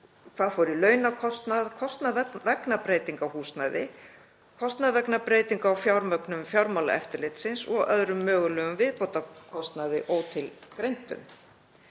hvað fór í launakostnað, kostnað vegna breytinga á húsnæði, kostnað vegna breytinga á fjármögnun fjármálaeftirlitsins og sundurliðun á öðrum mögulegum viðbótarkostnaði ótilgreindum.